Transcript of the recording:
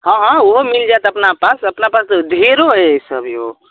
हँ